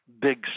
big